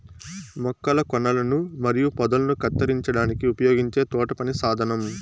మొక్కల కొనలను మరియు పొదలను కత్తిరించడానికి ఉపయోగించే తోటపని సాధనం